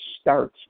start